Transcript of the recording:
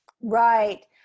Right